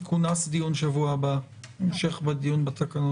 יכונס דיון שבוע הבא, המשך בדיון בתקנות.